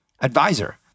advisor